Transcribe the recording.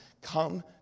come